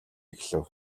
эхлэв